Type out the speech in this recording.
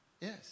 Yes